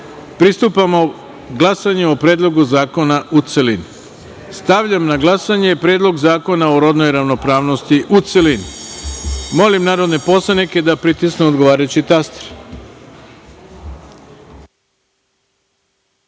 pristupamo glasanju o Predlogu zakona u celini. Stavljam na glasanje Predlog zakona o rodnoj ravnopravnosti, u celini. Molim narodne poslanike da pritisnu odgovarajući